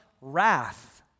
wrath